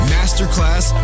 Masterclass